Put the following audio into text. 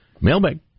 mailbag